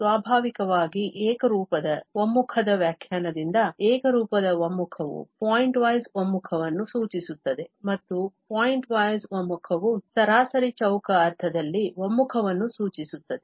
ಸ್ವಾಭಾವಿಕವಾಗಿ ಏಕರೂಪದ ಒಮ್ಮುಖದ ವ್ಯಾಖ್ಯಾನದಿಂದ ಏಕರೂಪದ ಒಮ್ಮುಖವು ಪಾಯಿಂಟ್ವೈಸ್ ಒಮ್ಮುಖವನ್ನು ಸೂಚಿಸುತ್ತದೆ ಮತ್ತು ಪಾಯಿಂಟ್ವೈಸ್ ಒಮ್ಮುಖವು ಸರಾಸರಿ ಚೌಕ ಅರ್ಥದಲ್ಲಿ ಒಮ್ಮುಖವನ್ನು ಸೂಚಿಸುತ್ತದೆ